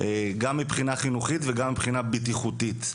גם מבחינה חינוכית וגם מבחינה בטיחותית,